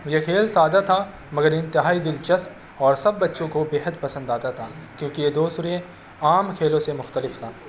یہ کھیل سادہ تھا مگر انتہائی دلچسپ اور سب بچوں کو بے حد پسند آتا تھا کیونکہ یہ دوسرے عام کھیلوں سے مختلف تھا